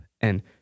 and-